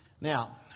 Now